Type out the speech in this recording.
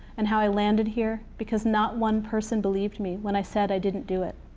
and how i landed here because not one person believed me when i said i didn't do it.